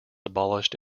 abolished